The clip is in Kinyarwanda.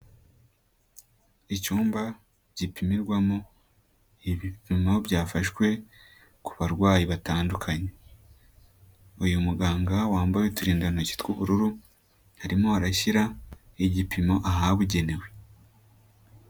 Icyumba gipimirwamo ibipimo byafashwe ku barwayi batandukanye. Uyu muganga wambaye uturindantoki tw'ubururu arimo arashyira igipimo ahabugenewe.